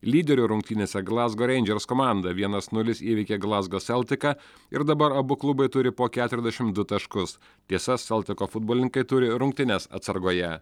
lyderių rungtynėse glazgo rangers komanda vienas nulis įveikė glazgo seltiką ir dabar abu klubai turi po keturiasdešim du taškus tiesa seltiko futbolininkai turi rungtynes atsargoje